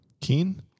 Keen